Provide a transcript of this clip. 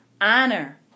honor